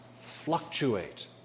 fluctuate